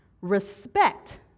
respect